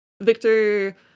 Victor